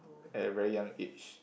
at a very young age